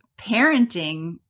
parenting